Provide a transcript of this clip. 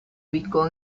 ubicó